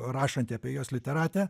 rašanti apie juos literatė